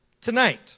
tonight